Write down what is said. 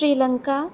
Sri Lanka